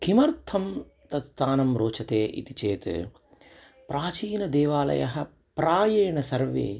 किमर्थं तत् स्थानं रोचते इति चेत् प्राचीनः देवालयः प्रायेण सर्वे